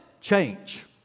change